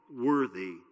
worthy